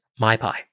MyPy